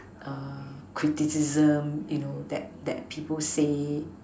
criticism you know that that people say